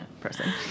person